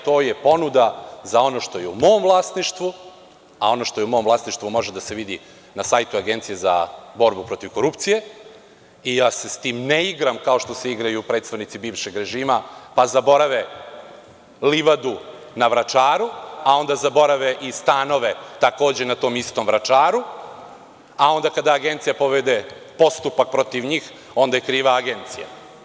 To je ponuda za ono što je u mom vlasništvu, a ono što je u mom vlasništvu može da se vidi na sajtu Agencije za borbu protiv korupcije i ja se sa tim ne igram, kao što se sa tim igraju predstavnici bivšeg režima, pa zaborave livadu na Vračaru, a onda zaborave i stanove, takođe, na tom istom Vračaru, a onda kada Agencija povede postupak protiv njih, onda je kriva Agencija.